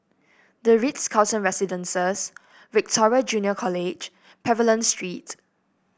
the Ritz Carlton Residences Victoria Junior College Pavilion Street